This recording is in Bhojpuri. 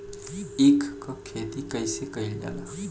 ईख क खेती कइसे कइल जाला?